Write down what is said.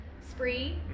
spree